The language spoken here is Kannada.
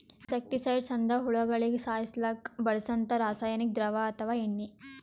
ಇನ್ಸೆಕ್ಟಿಸೈಡ್ಸ್ ಅಂದ್ರ ಹುಳಗೋಳಿಗ ಸಾಯಸಕ್ಕ್ ಬಳ್ಸಂಥಾ ರಾಸಾನಿಕ್ ದ್ರವ ಅಥವಾ ಎಣ್ಣಿ